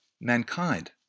mankind